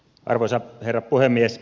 arvoisa herra puhemies